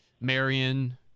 Marion